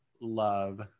love